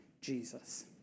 Jesus